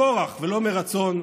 מכורח ולא מרצון,